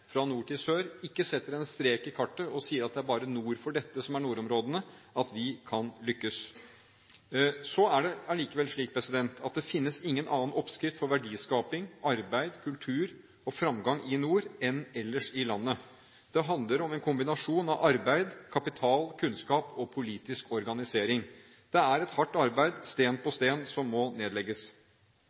fra nord til sør – ikke setter en strek i kartet og sier at det bare er nord for dette som er nordområdene – at vi kan lykkes. Så er det likevel slik at det finnes ingen annen oppskrift for verdiskaping, arbeid, kultur og fremgang i nord enn ellers i landet. Det handler om en kombinasjon av arbeid, kapital, kunnskap og politisk organisering. Det er et hardt arbeid, stein på stein, som må nedlegges.